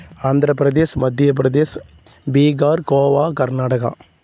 Andhra Pradesh Madhya Pradesh Bihar Goa Karnataka